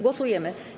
Głosujemy.